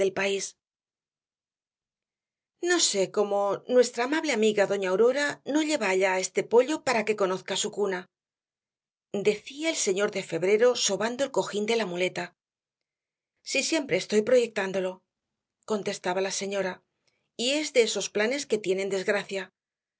no sé cómo nuestra amable amiga doña aurora no lleva allá á este pollo para que conozca su cuna decía el señor de febrero sobando el cojín de la muleta si siempre estoy proyectándolo contestaba la señora y es de esos planes que tienen desgracia